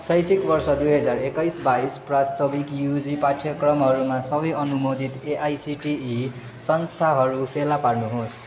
शैक्षिक वर्ष दुई हजार एक्काइस बाइस प्रस्ताविक युजी पाठ्यक्रमहरूमा सबै अनुमोदित एआइसिटिई संस्थानहरू फेला पार्नुहोस्